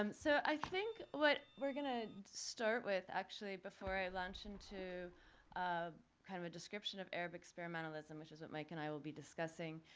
um so i think what we're gonna start with actually before i launch into kind of a description of arab experimentalism, which is what mike and i will be discussing,